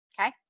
Okay